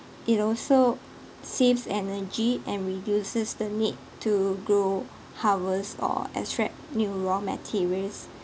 it also saves energy and reduces the need to grow harvest or extract new raw materials